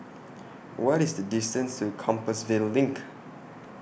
What IS The distance to Compassvale LINK